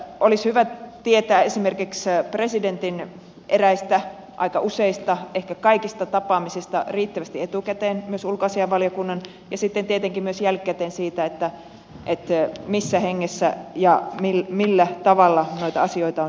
olisi hyvä tietää esimerkiksi presidentin eräistä aika useista ehkä kaikista tapaamisista riittävästi etukäteen myös ulkoasiainvaliokunnan ja sitten tietenkin myös jälkikäteen siitä missä hengessä ja millä tavalla noita asioita on siellä käsitelty